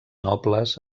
nobles